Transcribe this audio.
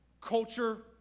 culture